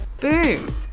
Boom